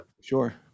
sure